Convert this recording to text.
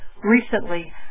Recently